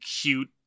cute